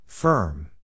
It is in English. Firm